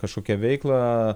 kažkokią veiklą